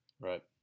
Right